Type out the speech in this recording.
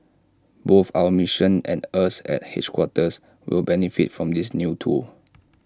both our missions and us at headquarters will benefit from this new tool